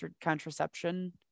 contraception